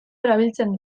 erabiltzen